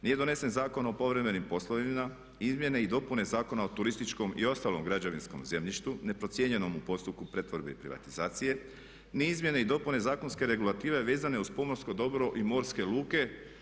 Nije donesen Zakon o povremenim poslovima, izmjene i dopune zakona o turističkom i ostalom građevinskom zemljištu, neprocijenjenom u postupku pretvorbe i privatizacije, ne izmjene i dopune zakonske regulative vezane uz pomorsko dobro i morske luke.